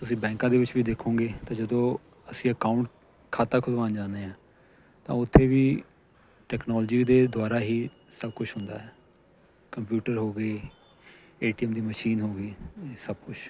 ਤੁਸੀਂ ਬੈਂਕਾਂ ਦੇ ਵਿੱਚ ਵੀ ਦੇਖੋਗੇ ਅਤੇ ਜਦੋਂ ਅਸੀਂ ਅਕਾਊਂਟ ਖਾਤਾ ਖੁੱਲ੍ਹਵਾਉਣ ਜਾਂਦੇ ਹਾਂ ਤਾਂ ਉੱਥੇ ਵੀ ਟੈਕਨੋਲਜੀ ਦੇ ਦੁਆਰਾ ਹੀ ਸਭ ਕੁਛ ਹੁੰਦਾ ਹੈ ਕੰਪਿਊਟਰ ਹੋ ਗਏ ਏ ਟੀ ਐਮ ਦੀ ਮਸ਼ੀਨ ਹੋ ਗਈ ਇਹ ਸਭ ਕੁਛ